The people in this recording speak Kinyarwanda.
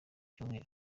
cyumweru